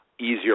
easier